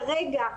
כרגע,